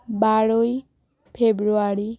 বারোই ফেব্রয়ারি